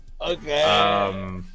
Okay